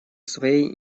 своей